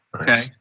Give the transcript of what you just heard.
okay